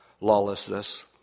lawlessness